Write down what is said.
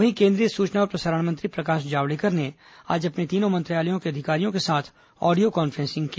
वहीं केंद्रीय सूचना और प्रसारण मंत्री प्रकाश जावड़ेकर ने आज अपने तीनों मंत्रालयों के अधिकारियों के साथ ऑडियो कांफ्रेंस की